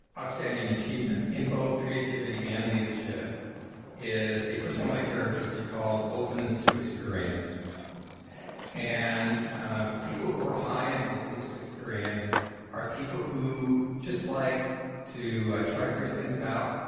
outstanding achievement in both creativity and leadership is a personal like characteristic called openness to experience and ah people who are high in and openness to experience are people who just like to try various things out,